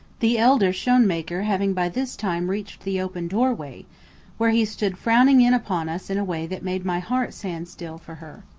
the elder schoenmaker having by this time reached the open doorway where he stood frowning in upon us in a way that made my heart stand still for her.